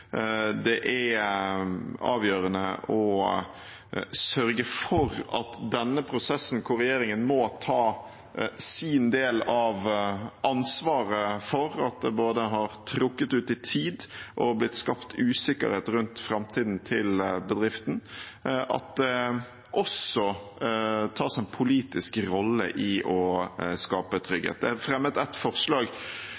Det er avgjørende å sørge for at det i denne prosessen, hvor regjeringen må ta sin del av ansvaret for at det både har trukket ut i tid og er blitt skapt usikkerhet rundt framtiden til bedriften, også tas en politisk rolle i å skape